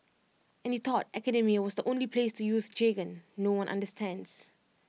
and you thought academia was the only place to use jargon no one understands